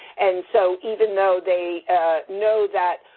and so, even though they know that,